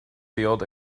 field